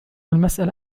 المسألة